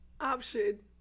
option